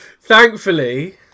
Thankfully